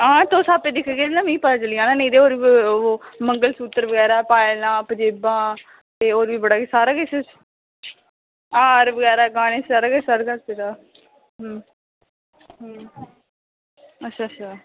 हां तुस आपे दिक्खगे ना मीं पता चली आना नेई ते होर बी ओह् मंगलसूत्र बगैरा पाएदा पंजेबां ते होर बी बड़ा सारा किश हार बगैरा गाह्ने सारा किश दस्सेदा हं हं अच्छा अच्छा